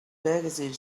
magazine